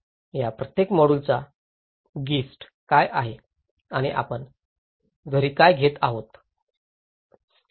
या प्रत्येक मॉड्यूलचा गिस्ट काय आहे आणि आपण घरी काय घेत आहोत